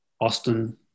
Austin